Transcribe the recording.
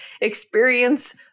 experience